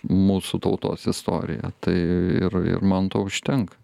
mūsų tautos istorija tai ir ir man to užtenka